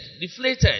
deflated